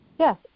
Yes